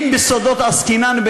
אם בסודות עסקינן,